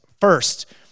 First